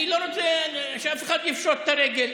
אני לא רוצה שאף אחד יפשוט את הרגל.